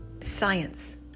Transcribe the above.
science